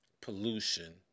pollution